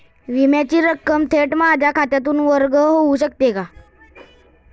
विम्याची रक्कम थेट माझ्या खात्यातून वर्ग होऊ शकते का?